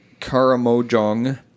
Karamojong